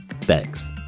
Thanks